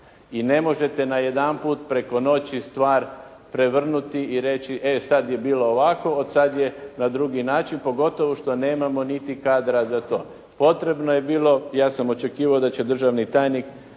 i ne možete najedanput preko noći stvari prevrnuti i reći e sada je bilo ovako, sada je na drugi način, pogotovo što nemamo niti kadra za to. Potrebno je bilo, ja sam očekivao da će državni tajnik